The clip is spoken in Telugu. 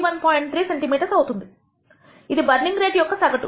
3 సెంటీమీటర్ అవుతుంది ఇది బర్నింగ్ రేట్ యొక్క సగటు